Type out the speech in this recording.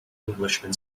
englishman